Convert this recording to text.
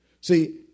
See